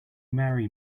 marry